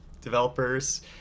developers